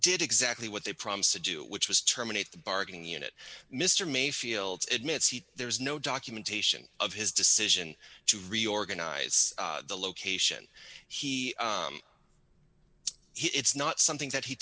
did exactly what they promised to do which was terminate the bargaining unit mr mayfield admits he there's no documentation of his decision to reorganize the location he it's not something that he